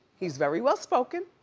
he's very well spoken.